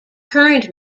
current